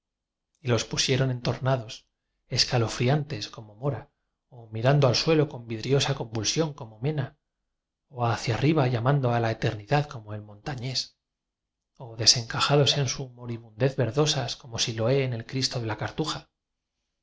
y los pusieron entor nados escalofriantes como mora o miran do al suelo con vidriosa convulsión como mena o hacia arriba llamando a la eterni dad como el montañés o desencajados en su moribundez verdosa como siloe en el cristo de la cartuja